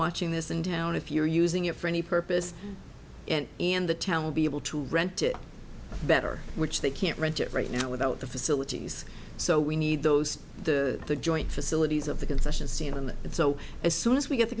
watching this in town if you're using it for any purpose and in the town would be able to rent it better which they can't rent it right now without the facilities so we need those the joint facilities of the concession stand on it so as soon as we get the